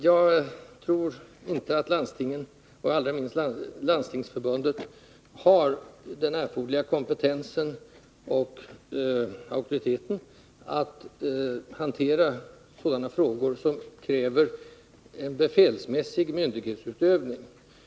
Jag tror emellertid inte att landstingen — och allra minst Landstingsförbundet — har den erforderliga kompetensen och auktoriteten att hantera sådana frågor som kräver en befälsmässig myndighetsutövning.